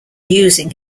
using